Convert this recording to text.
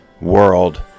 world